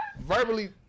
verbally